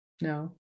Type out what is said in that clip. no